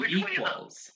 equals